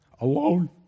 Alone